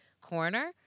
corner